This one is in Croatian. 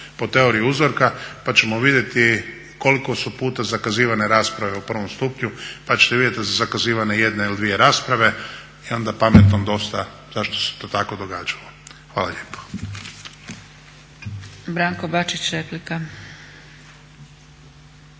po teoriji uzorka pa ćemo vidjeti koliko su puta zakazivane rasprave u prvom stupnju pa ćete vidjeti da su zakazivane jedna ili dvije rasprave i onda pametnom dosta zašto se to tako događa. Hvala lijepo.